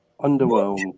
Underwhelmed